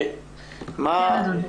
כן, אדוני?